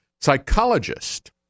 psychologist